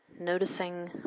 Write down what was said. Noticing